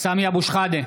סמי אבו שחאדה,